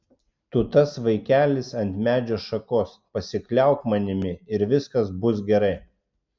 tu tas vaikelis ant medžio šakos pasikliauk manimi ir viskas bus gerai